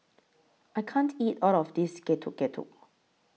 I can't eat All of This Getuk Getuk